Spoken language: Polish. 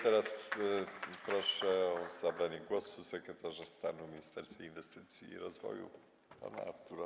Teraz proszę o zabranie głosu sekretarza stanu w Ministerstwie Inwestycji i Rozwoju pana Artura